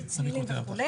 איזה צלילים וכו'.